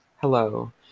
Hello